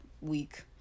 week